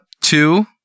two